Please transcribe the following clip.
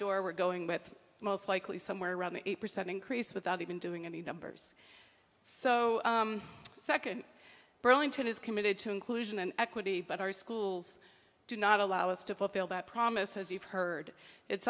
door we're going with most likely somewhere around eight percent increase without even doing any numbers so second burlington is committed to inclusion and equity but our schools do not allow us to fulfill that promise as you've heard it's